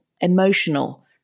emotional